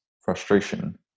frustration